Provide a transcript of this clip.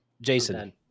Jason